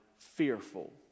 Fearful